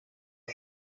市场